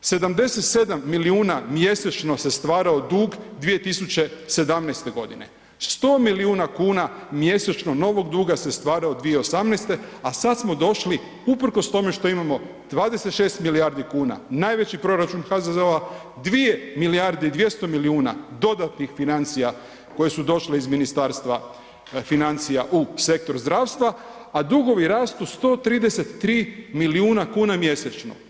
77 milijuna mjesečno se stvarao dug 2017. godine, 100 milijuna kuna mjesečno novog duga se stvarao 2018., a sada smo došli uprkos tome što imamo 26 milijuna kuna najveći proračun HZZO-a 2 milijarde i 200 milijuna dodatnih financija koje su došle iz Ministarstva financija u sektor zdravstva, a dugovi rastu 133 milijuna kuna mjesečno.